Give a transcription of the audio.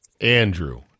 Andrew